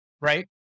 right